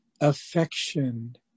affection